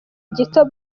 gito